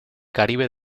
caribe